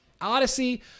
odyssey